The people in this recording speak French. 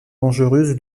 dangereuses